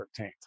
13th